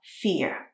fear